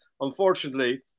unfortunately